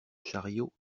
chariot